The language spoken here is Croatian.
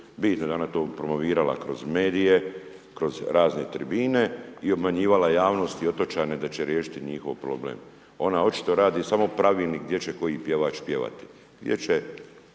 da je ona to promovirala kroz medije, kroz razne tribine i obmanjivala javnost i otočane da će riješiti njihov problem. Ona očito radi samo pravilnik gdje će koji pjevač pjevati.